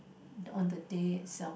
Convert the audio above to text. on the day itself